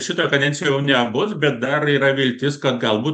šitoj kadencijoj jau nebus bet dar yra viltis kad galbūt